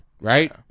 right